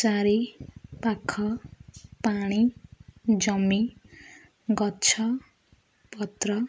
ଚାରି ପାଖ ପାଣି ଜମି ଗଛ ପତ୍ର